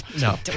No